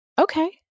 Okay